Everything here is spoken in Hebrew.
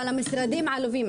אבל המשרדים עלובים,